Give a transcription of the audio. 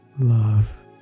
love